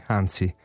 anzi